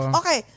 okay